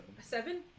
Seven